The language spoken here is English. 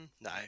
no